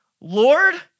Lord